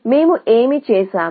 మేము ఏమి చేసాము